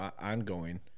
ongoing